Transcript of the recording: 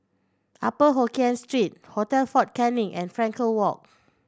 Upper Hokkien Street Hotel Fort Canning and Frankel Walk